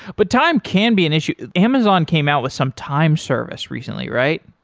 but time can be an issue. amazon came out with some time service recently, right?